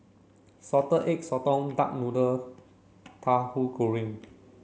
Salted Egg Sotong Duck Noodle Tahu Goreng